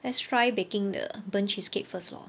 let's try baking the burnt cheesecake first lor